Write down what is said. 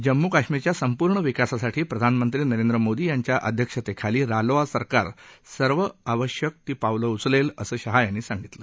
जम्मू काश्मिरच्या संपूर्ण विकासासाठी प्रधानमंत्री नरेंद्र मोदी यांच्या अध्यक्षतखली रालोआ सरकार सर्व आवश्यक पावलं उचलेल्य असं शाह यांनी सांगितलं